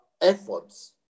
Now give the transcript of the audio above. efforts